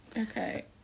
Okay